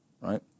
right